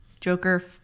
Joker